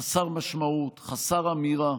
חסר משמעות, חסר אמירה,